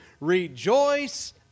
rejoice